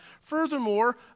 Furthermore